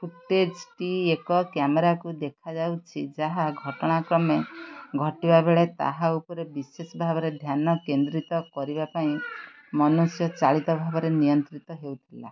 ଫୁଟେଜ୍ଟି ଏକ କ୍ୟାମେରାକୁ ଦେଖାଯାଉଛି ଯାହା ଘଟଣାକ୍ରମ ଘଟିବାବେଳେ ତାହା ଉପରେ ବିଶେଷ ଭାବରେ ଧ୍ୟାନ କେନ୍ଦ୍ରିତ କରିବା ପାଇଁ ମନୁଷ୍ୟ ଚାଳିତ ଭାବରେ ନିୟନ୍ତ୍ରିତ ହେଉଥିଲା